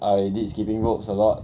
I did skipping ropes a lot